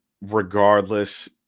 regardless